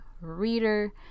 reader